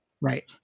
Right